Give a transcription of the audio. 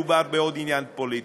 תרבותי,